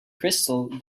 crystal